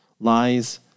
Lies